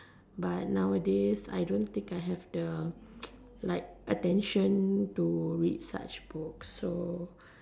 but nowadays I don't think I have the like attention to read such books so